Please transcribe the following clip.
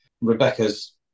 Rebecca's